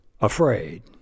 afraid